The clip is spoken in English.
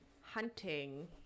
hunting